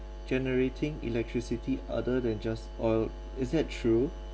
generating electricity other than just oil is that true